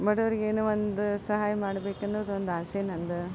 ಬಡವರಿಗೇನೋ ಒಂದು ಸಹಾಯ ಮಾಡ್ಬೇಕನ್ನೋದೊಂದು ಆಸೆ ನಂದು